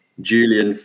Julian